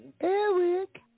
Eric